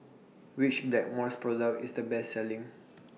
Which Blackmores Product IS The Best Selling